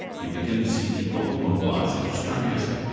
you begin to see people mobilizing, just trying to ask, and